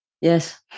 Yes